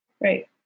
Right